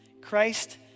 Christ